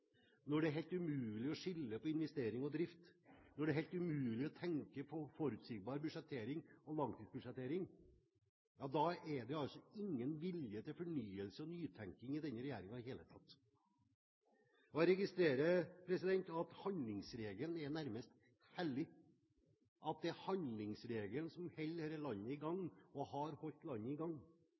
når det er helt umulig å skille mellom investering og drift, og når det er helt umulig å tenke på forutsigbar budsjettering og langtidsbudsjettering, da er det altså ingen vilje til fornyelse og nytenkning i denne regjeringen i det hele tatt. Jeg registrerer at handlingsregelen er nærmest hellig – at det er handlingsregelen som holder dette landet i gang, og har holdt landet i gang.